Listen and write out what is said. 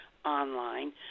online